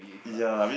ya I mean